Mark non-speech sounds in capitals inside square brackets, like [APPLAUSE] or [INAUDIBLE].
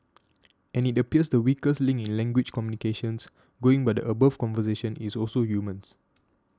[NOISE] and it appears the weakest link in language communications going by the above conversation is also humans